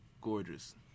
gorgeous